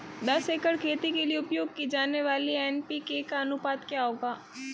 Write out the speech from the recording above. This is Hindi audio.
दस एकड़ खेती के लिए उपयोग की जाने वाली एन.पी.के का अनुपात क्या होगा?